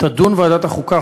תדון ועדת החוקה,